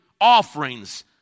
offerings